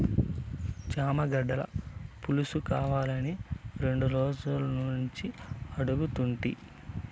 చేమగడ్డల పులుసుకావాలని రెండు రోజులనుంచి అడుగుతుంటి